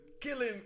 killing